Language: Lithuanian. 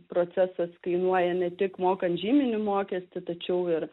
procesas kainuoja ne tik mokant žyminį mokestį tačiau ir